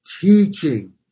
Teaching